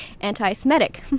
anti-Semitic